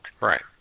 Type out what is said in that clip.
Right